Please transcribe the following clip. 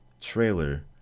trailer